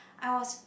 I was